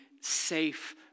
safe